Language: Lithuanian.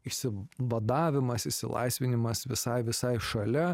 isim badavimas išsilaisvinimas visai visai šalia